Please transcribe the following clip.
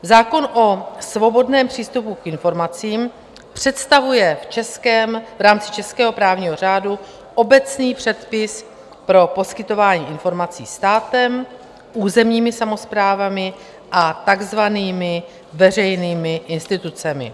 Zákon o svobodném přístupu k informacím představuje v rámci českého právního řádu obecný předpis pro poskytování informací státem, územními samosprávami a takzvanými veřejnými institucemi.